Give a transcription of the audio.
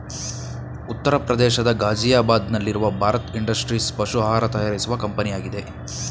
ಉತ್ತರ ಪ್ರದೇಶದ ಗಾಜಿಯಾಬಾದ್ ನಲ್ಲಿರುವ ಭಾರತ್ ಇಂಡಸ್ಟ್ರೀಸ್ ಪಶು ಆಹಾರ ತಯಾರಿಸುವ ಕಂಪನಿಯಾಗಿದೆ